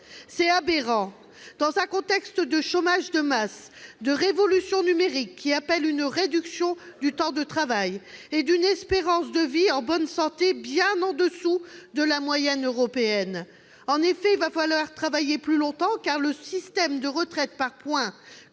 C'est aberrant, dans un contexte de chômage de masse et de révolution numérique, qui appelle une réduction du temps de travail, et d'une espérance de vie en bonne santé bien au-dessous de la moyenne européenne. En effet, il va falloir travailler plus longtemps, car le système de retraite par points